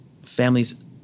families